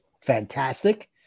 fantastic